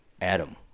Adam